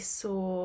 saw